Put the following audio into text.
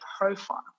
profile